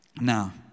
now